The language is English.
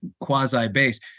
quasi-base